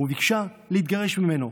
וביקשה להתגרש ממנו.